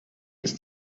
ist